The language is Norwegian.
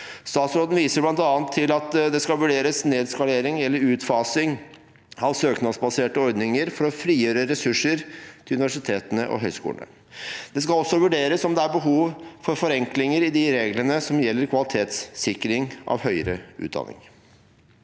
Statsråden viser bl.a. til at det skal vurderes nedskalering eller utfasing av søknadsbaserte ordninger for å frigjøre ressurser til universitetene og høyskolene. Det skal også vurderes om det er behov for forenklinger i de reglene som gjelder kvalitetssikring av høyere utdanning.